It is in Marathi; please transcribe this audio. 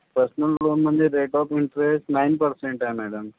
पर्सनल लोन म्हणजे rate of interest nine percent आहे मॅडम